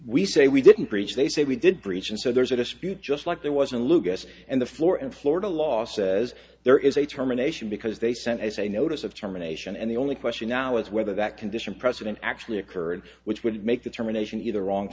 we say we didn't breach they say we did breach and so there's a dispute just like there was a lucas and the floor in florida law says there is a terminations because they sent us a notice of germination and the only question now is whether that condition precedent actually occurred which would make the termination either wrong